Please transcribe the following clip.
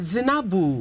Zinabu